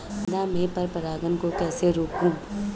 गेंदा में पर परागन को कैसे रोकुं?